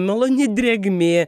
maloni drėgmė